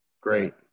great